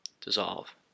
dissolve